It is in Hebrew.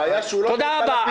תודה רבה.